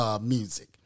music